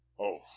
Oh